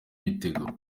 ibitego